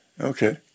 Okay